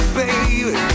baby